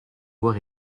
avoir